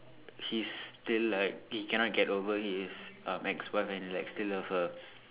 he's still like he cannot get over his um ex wife and like still love her